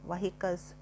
vehicles